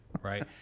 right